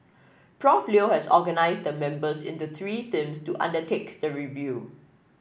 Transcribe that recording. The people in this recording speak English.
Prof Leo has organised the members into three teams to undertake the review